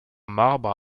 marbre